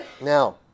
Now